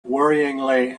worryingly